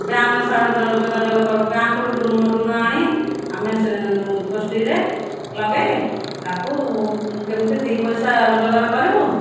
ଗାଁର ସହଯୋଗ ଯୋଗାଯୋଗ କରୁ ବ୍ୟାଙ୍କ୍ରୁ ଋଣ ଆଣି ଆମେ ଗୋଷ୍ଠୀରେ ଲଗାଇ ତାକୁ କେମିତି ଦୁଇ ପଇସା ରୋଜଗାର କରିବୁ